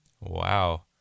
Wow